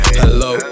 hello